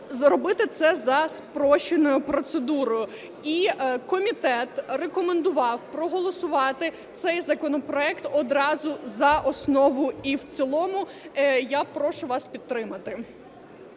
зробити це за спрощеною процедурою. І комітет рекомендував проголосувати цей законопроект одразу за основу і в цілому. Я прошу вас підтримати.